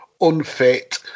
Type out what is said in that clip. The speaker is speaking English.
unfit